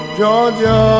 Georgia